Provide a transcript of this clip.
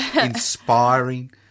Inspiring